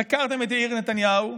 חקרתם את יאיר נתניהו,